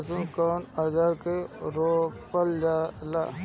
लहसुन कउन औजार से रोपल जाला?